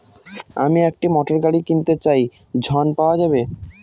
আমি একটি মোটরগাড়ি কিনতে চাই ঝণ পাওয়া যাবে?